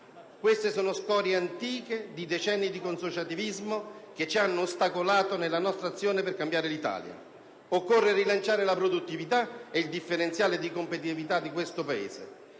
Queste sono scorie antiche di decenni di consociativismo che ci hanno ostacolato nella nostra azione per cambiare l'Italia. Occorre rilanciare la produttività e il differenziale di competitività del Paese.